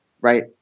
Right